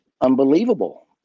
unbelievable